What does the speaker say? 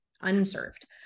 unserved